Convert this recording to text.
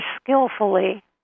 skillfully